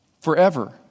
forever